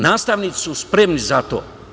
Nastavnici su spremni za to.